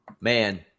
Man